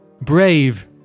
brave